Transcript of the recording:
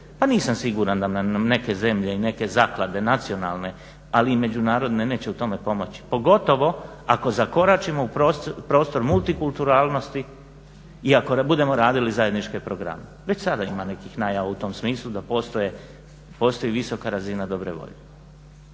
Pa nisam siguran da nam neke zemlje i neke zaklade nacionalne, ali i međunarodne neće u tome pomoći, pogotovo ako zakoračimo u prostor multikulturalnosti i ako budemo radili zajedničke programe. Već sada ima nekih najava u tom smislu da postoji visoka razina dobre volje.